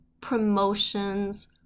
promotions